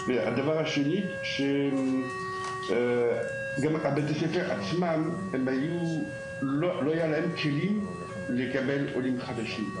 הדבר השני הוא שגם לבתי הספר עצמם לא היו את הכלים לקבל עולים חדשים.